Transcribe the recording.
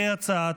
כהצעת